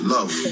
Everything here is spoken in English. Love